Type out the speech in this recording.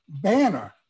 banner